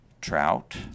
trout